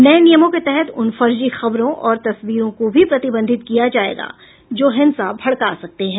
नये नियमों के तहत उन फर्जी खबरों और तस्वीरों को भी प्रतिबंधित किया जायेगा जो हिंसा भड़का सकते हैं